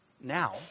now